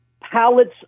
pallets